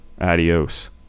Adios